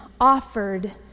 offered